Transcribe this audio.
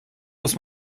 muss